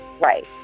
Right